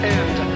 end